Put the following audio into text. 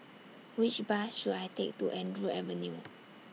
Which Bus should I Take to Andrew Avenue